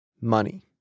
money